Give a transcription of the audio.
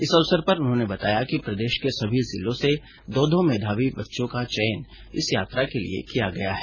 इस अवसर पर उन्होंने बताया कि प्रदेश के सभी जिलों से दो दो मेधावी बच्चों का चयन इस यात्रा के लिए गया है